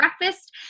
breakfast